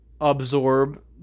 absorb